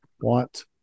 want